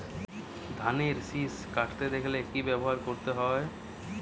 ধানের শিষ কাটতে দেখালে কি ব্যবহার করতে হয়?